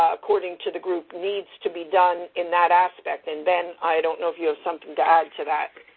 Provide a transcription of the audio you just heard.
ah according to the group, needs to be done in that aspect. and ben, i don't know if you have something to add to that.